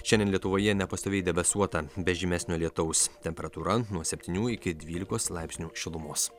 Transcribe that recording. šiandien lietuvoje nepastoviai debesuota be žymesnio lietaus temperatūra nuo septynių iki dvylikos laipsnių šilumos